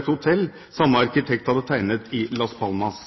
et hotell samme arkitekt hadde tegnet i Las Palmas.